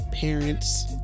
Parents